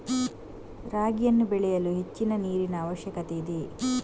ರಾಗಿಯನ್ನು ಬೆಳೆಯಲು ಹೆಚ್ಚಿನ ನೀರಿನ ಅವಶ್ಯಕತೆ ಇದೆಯೇ?